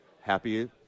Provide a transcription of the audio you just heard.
Happy